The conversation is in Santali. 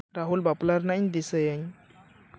ᱨᱟᱦᱩᱞ ᱵᱟᱯᱞᱟ ᱨᱮᱱᱟᱜ ᱤᱧ ᱫᱤᱥᱟᱹᱭᱟᱹᱧ